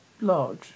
large